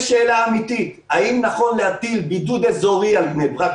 יש שאלה אמיתית: האם נכון להטיל בידוד אזורי על בני ברק,